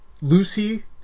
Lucy